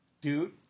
Dude